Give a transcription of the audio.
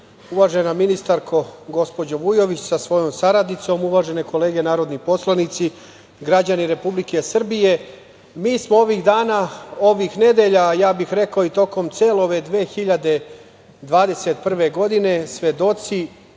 uvažena ministarko, gospođo Vujović, sa svojom saradnicom, uvažene kolege narodni poslanici, građani Republike Srbije, mi smo ovih dana, ovih nedelja, ja bih rekao i tokom cele ove 2021. godine, svedoci